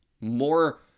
More